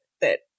that-